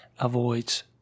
avoids